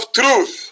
truth